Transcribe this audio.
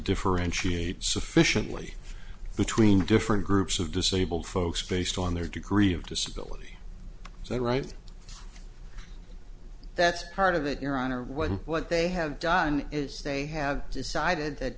differentiate sufficiently between different groups of disabled folks based on their degree of disability is that right that's part of it your honor when what they have done is they have decided that